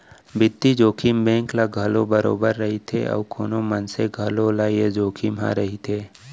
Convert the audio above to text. बित्तीय जोखिम बेंक ल घलौ बरोबर रइथे अउ कोनो मनसे घलौ ल ए जोखिम ह रइथे